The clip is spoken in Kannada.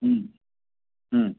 ಹ್ಞೂ ಹ್ಞೂ